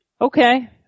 okay